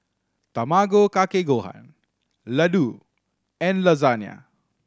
Tamago Kake Gohan Ladoo and Lasagna